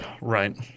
Right